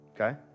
Okay